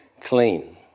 clean